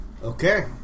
Okay